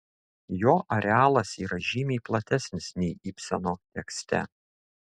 jo arealas yra žymiai platesnis nei ibseno tekste